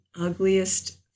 ugliest